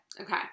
Okay